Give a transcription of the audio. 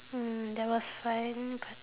mm that was fine